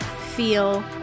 feel